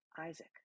Isaac